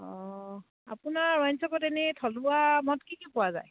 অঁ আপোনাৰ ৱাইন শ্বপত এনেই থলুৱা মদ কি কি পোৱা যায়